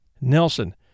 Nelson